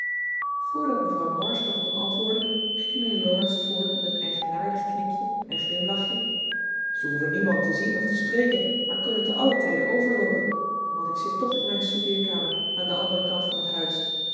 voordat mevrouw march nog kon antwoorden ging mijnheer laurence voort met een eigenaardig knikje en glimlachje ze hoeven niemand te zien of te spreken maar kunnen ten allen tijde overloopen want ik zit toch in mijn studeerkamer aan den anderen kant van het huis